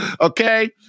Okay